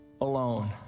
alone